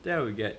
think I will get